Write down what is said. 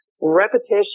repetition